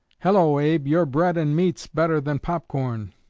hello, abe, your bread and meat's better than pop-corn